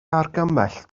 argymell